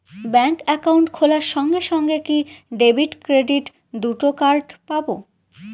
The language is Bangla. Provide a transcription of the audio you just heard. ব্যাংক অ্যাকাউন্ট খোলার সঙ্গে সঙ্গে কি ডেবিট ক্রেডিট দুটো কার্ড পাবো?